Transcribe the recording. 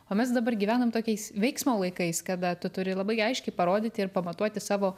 o mes dabar gyvenam tokiais veiksmo laikais kada tu turi labai aiškiai parodyti ir pamatuoti savo